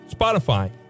Spotify